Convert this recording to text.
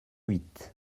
huit